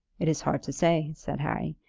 it is hard to say, said harry.